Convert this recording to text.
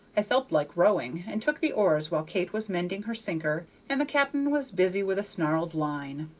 i felt like rowing, and took the oars while kate was mending her sinker and the cap'n was busy with a snarled line.